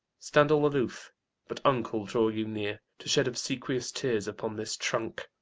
stand all aloof but, uncle, draw you near to shed obsequious tears upon this trunk.